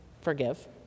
forgive